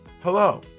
Hello